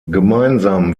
gemeinsam